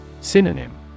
Synonym